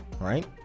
right